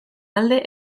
alde